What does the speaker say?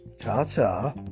Ta-ta